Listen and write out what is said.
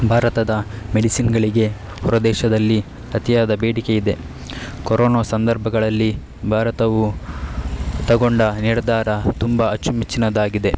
ಭಾರತದ ಮೆಡಿಸಿನ್ಗಳಿಗೆ ಹೊರದೇಶದಲ್ಲಿ ಅತಿಯಾದ ಬೇಡಿಕೆ ಇದೆ ಕೊರೋನಾ ಸಂದರ್ಭಗಳಲ್ಲಿ ಭಾರತವು ತಗೊಂಡ ನಿರ್ಧಾರ ತುಂಬ ಅಚ್ಚುಮೆಚ್ಚಿನದಾಗಿದೆ